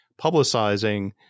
publicizing